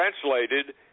Translated